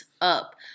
up